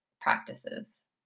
practices